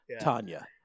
Tanya